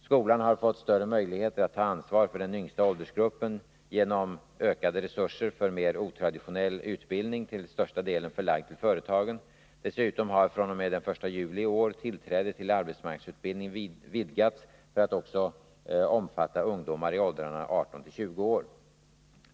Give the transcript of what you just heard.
Skolan har fått större möjligheter att ta ansvar för den yngsta åldersgruppen genom ökade resurser för mer otraditionell utbildning, till största delen 149 förlagd till företagen. Dessutom har fr.o.m. den 1 juli i år tillträdet till arbetsmarknadsutbildning vidgats för att också omfatta ungdomar i åldrarna 18-20 år.